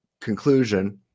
conclusion